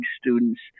students